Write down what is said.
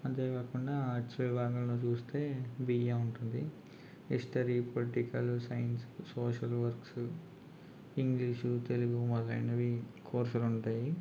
అంతేకాకుండా ఆర్ట్స్ విభాగంలో చూస్తే బీఏ ఉంటుంది history political science social works English Telugu మొదలైనవి కోర్సులు ఉంటాయి